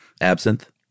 absinthe